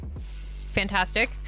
Fantastic